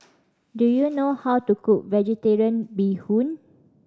do you know how to cook Vegetarian Bee Hoon